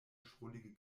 schrullige